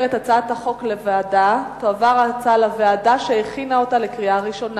בעד הצביעו 12, לא היו מתנגדים,